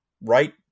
right